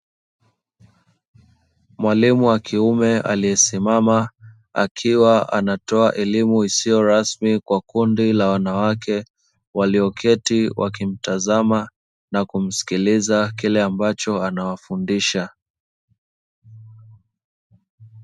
Mwalimu wa kiume aliyesimama akiwa anatoa elimu isiyo rasmi kwa kundi la wanawake walioketi wakimtazama na kumsikiliza kile ambacho anawafundisha.